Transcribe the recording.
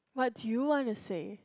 what you wanna say